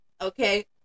okay